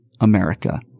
America